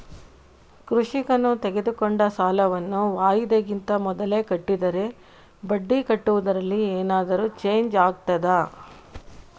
ಕೃಷಿಕನು ತೆಗೆದುಕೊಂಡ ಸಾಲವನ್ನು ವಾಯಿದೆಗಿಂತ ಮೊದಲೇ ಕಟ್ಟಿದರೆ ಬಡ್ಡಿ ಕಟ್ಟುವುದರಲ್ಲಿ ಏನಾದರೂ ಚೇಂಜ್ ಆಗ್ತದಾ?